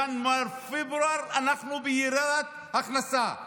בינואר-פברואר, אנחנו בירידת הכנסה.